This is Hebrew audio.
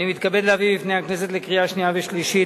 אני מתכבד להביא בפני הכנסת לקריאה שנייה ושלישית